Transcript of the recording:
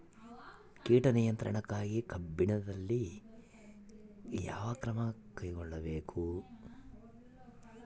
ಕೇಟ ನಿಯಂತ್ರಣಕ್ಕಾಗಿ ಕಬ್ಬಿನಲ್ಲಿ ಯಾವ ಕ್ರಮ ಕೈಗೊಳ್ಳಬೇಕು?